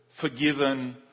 forgiven